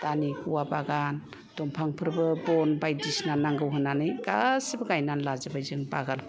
दा नै औवा बागान दंफांफोरबो बन बायदिसिना नांगौ होन्नानै गासैबो गायनानै लाजोबबाय जों बागानखौ